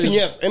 yes